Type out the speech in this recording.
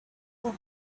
for